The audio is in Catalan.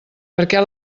perquè